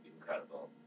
incredible